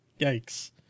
Yikes